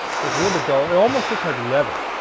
so it's a little bit duller. it almost looks like leather.